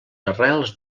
arrels